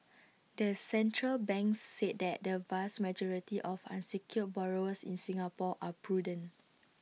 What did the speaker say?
the central bank said that the vast majority of unsecured borrowers in Singapore are prudent